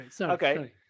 Okay